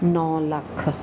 ਨੌਂ ਲੱਖ